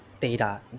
data